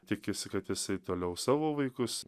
tikisi kad jisai toliau savo vaikus